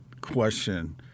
question